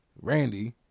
Randy